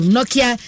Nokia